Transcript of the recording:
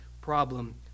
problem